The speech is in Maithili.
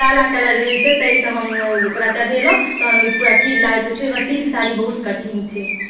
काला कलर रहै छै ताहि से हम ओकरा चढ़ैलहुॅं तखैन ओ पूरा ठीक लागैत रहै छै ओना सिल्क साड़ी बहुत कठिन छै